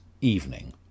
Evening